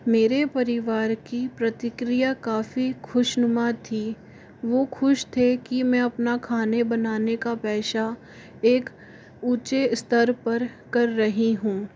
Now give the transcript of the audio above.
मेरे परिवार की प्रतिक्रिया काफ़ी खुशनुमा थी वो खुश थे कि मैं अपना खाने बनाने का पेशा एक ऊँचे स्तर पर कर रही हूँ